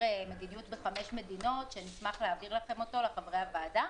מדיניות בחמש מדינות שנשמח להעביר לחברי הוועדה.